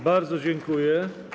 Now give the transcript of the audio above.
Bardzo dziękuję.